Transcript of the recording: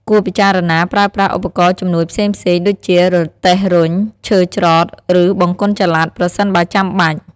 គួរពិចារណាប្រើប្រាស់ឧបករណ៍ជំនួយផ្សេងៗដូចជារទេះរុញ ឈើច្រត់ ឬបង្គន់ចល័ត ប្រសិនបើចាំបាច់។